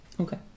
Okay